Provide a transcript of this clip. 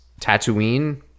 Tatooine